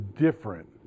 different